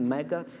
Mega